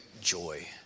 joy